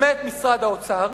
למעט משרד האוצר,